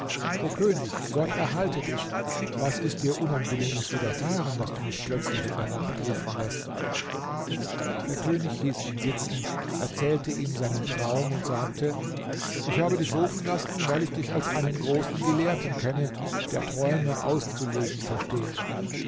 o könig gott erhalte dich was ist dir unangenehmes widerfahren daß du mich plötzlich in der nacht rufen läßt der könig hieß ihn sitzen erzählte ihm seinen traum und sagte ich habe dich rufen lassen weil ich dich als einen großen gelehrten kenne der träume auszulegen versteht